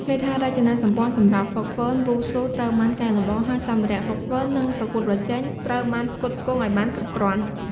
ហេដ្ឋារចនាសម្ព័ន្ធសម្រាប់ហ្វឹកហ្វឺនវ៉ូស៊ូត្រូវបានកែលម្អហើយសម្ភារៈហ្វឹកហ្វឺន និងប្រកួតប្រជែងត្រូវបានផ្គត់ផ្គង់ឲ្យបានគ្រប់គ្រាន់។